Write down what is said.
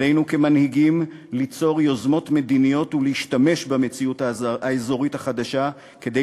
עלינו כמנהיגים ליצור יוזמות מדיניות ולהשתמש במציאות האזורית החדשה כדי